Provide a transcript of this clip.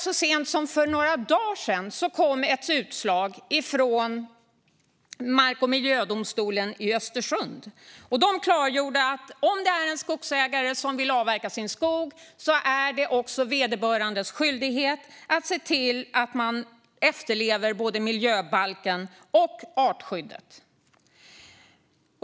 Så sent som för bara några dagar sedan kom ett utslag från mark och miljödomstolen i Östersund som klargjorde att om en skogsägare vill avverka sin skog är det också vederbörandes skyldighet att efterleva både miljöbalken och artskyddet.